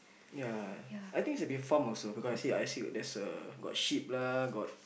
yeah I think it's be farm also because I see I see there's a got sheep lah got